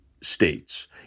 states